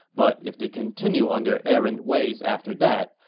but if they continued on their errant ways after that,